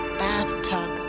bathtub